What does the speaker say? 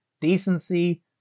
decency